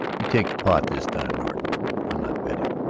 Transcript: you take the pot this time, norton i'm not betting.